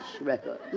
record